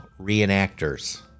Reenactors